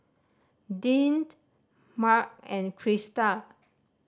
Deante Marc and Krista